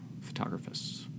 photographers